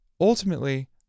ultimately